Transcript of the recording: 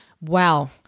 Wow